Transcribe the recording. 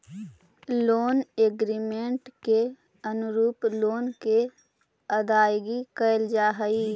loan agreement के अनुरूप loan के अदायगी कैल जा हई